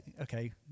okay